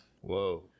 Whoa